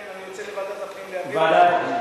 כן, אני רוצה לוועדת הפנים, לוועדת הפנים.